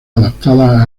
adaptadas